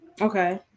Okay